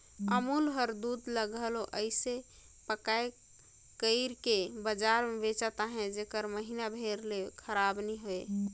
अमूल हर दूद ल घलो अइसे पएक कइर के बजार में बेंचत अहे जेहर महिना भेर ले खराब नी होए